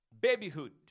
babyhood